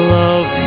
love